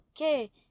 Okay